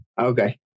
Okay